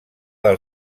del